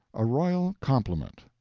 a royal compliment